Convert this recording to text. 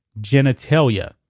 genitalia